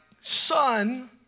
son